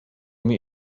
mir